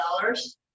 dollars